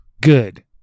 good